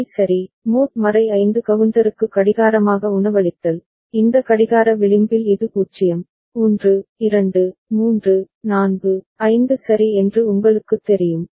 D சரி mod 5 கவுண்டருக்கு கடிகாரமாக உணவளித்தல் இந்த கடிகார விளிம்பில் இது 0 1 2 3 4 5 சரி என்று உங்களுக்குத் தெரியும்